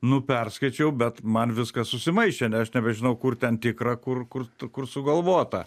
nu perskaičiau bet man viskas susimaišė ne aš nežinau kur ten tikra kur kur kur sugalvota